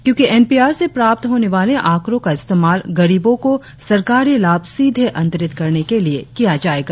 क्योंकि N P R से प्राप्त होने वाले आकंड़ो का इस्तेमाल गरीबों को सरकारी लाभ सीधे अंतरित करने के लिए किया जाएगा